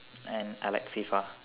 and I like FIFA